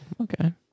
okay